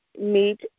meet